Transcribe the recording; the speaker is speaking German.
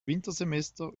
wintersemester